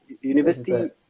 University